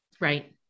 Right